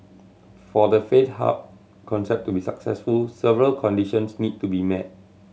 for the faith hub concept to be successful several conditions need to be met